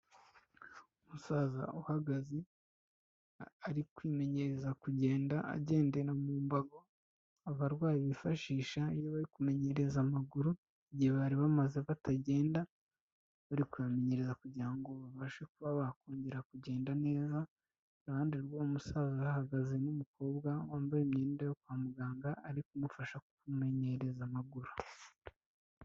Umusaza uhagaze ari kwimenyereza kugenda agendera mu mbago, abarwayi bifashisha iyo kumenyereza amaguru igihe bari bamaze batagenda, bari kubamenyereza kugira ngo babashe kuba bakongera kugenda neza. Iruhande rw'uwo musaza hahagazemo umukobwa wambaye imyenda yo kwa muganga ari kumufasha kumumenyereza amaguru.